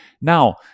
Now